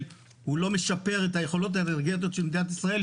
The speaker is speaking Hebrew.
לא משפר את היכולות האנרגטיות של מדינת ישראל,